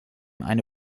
eine